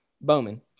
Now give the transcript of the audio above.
Bowman